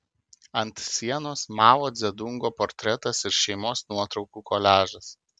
ant sienos mao dzedungo portretas ir šeimos nuotraukų koliažas